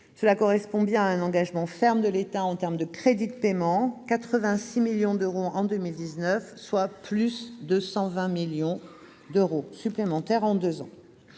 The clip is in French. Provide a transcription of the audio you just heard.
correspond un engagement ferme de l'État en termes de crédits de paiement : 86 millions d'euros en 2019, soit 220 millions d'euros supplémentaires en deux ans.